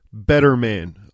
BETTERMAN